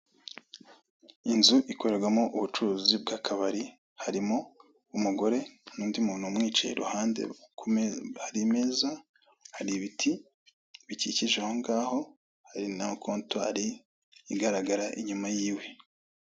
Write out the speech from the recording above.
Inzu ikorerwamo ubucuruzi bw'akabari. Harimo umugore n'undi muntu umwicaye iruhande. Hari imeza, hari ibiti bikikije aho ngaho, hari na kontwari igaragara inyuma yiwe.